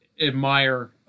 admire